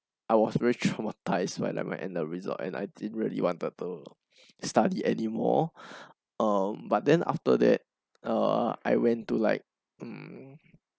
I was very traumatised by the N level and the result and I didn't really wanted to study anymore um but then after that err I went to like um